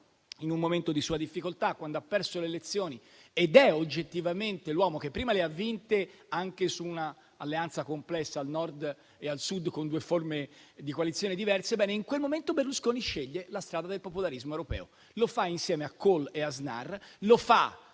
in un momento di sua difficoltà, quando ha perso le elezioni ed è oggettivamente l'uomo che prima le ha vinte, anche su un'alleanza complessa al Nord e al Sud con due forme di coalizione diverse, in quel momento sceglie la strada del popolarissimo europeo. Lo fa insieme a Kohl e ad Aznar, con la